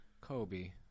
Kobe